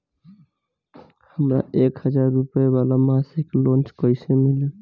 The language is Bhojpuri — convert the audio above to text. हमरा एक हज़ार रुपया वाला मासिक लोन कईसे मिली?